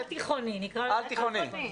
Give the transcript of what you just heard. על-תיכוני.